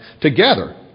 together